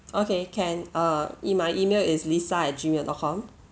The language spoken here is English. okay can uh in my email is lisa at gmail dot com